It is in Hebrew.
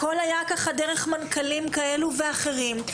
הכל היה דרך מנכ"לים כאלה ואחרים.